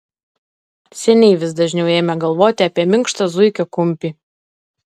seniai vis dažniau ėmė galvoti apie minkštą zuikio kumpį